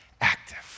active